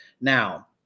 Now